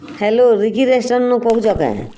hello ରିଗି ରେଷ୍ଟୁରାଣ୍ଟନୁ କହୁଛ କେଁ